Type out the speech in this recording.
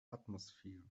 atmosphere